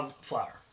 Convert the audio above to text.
flour